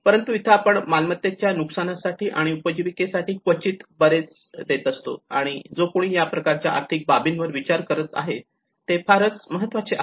परंतु इथे आपण मालमत्तेच्या नुकसान साठी आणि उपजीविकेसाठी क्वचित बरेच देत असतो आणि जो कुणी या प्रकारच्या आर्थिक बाबींवर विचार करत आहे हे फारच महत्त्वाचे आहे